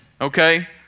Okay